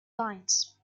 lines